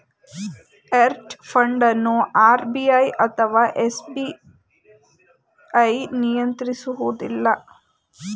hedge fund ಅನ್ನು RBI ಅಥವಾ SEBI ನಿಯಂತ್ರಿಸುವುದಿಲ್ಲ